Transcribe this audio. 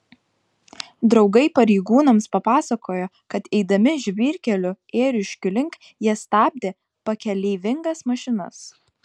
draugai pareigūnams papasakojo kad eidami žvyrkeliu ėriškių link jie stabdė pakeleivingas mašinas